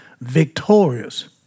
Victorious